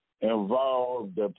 involved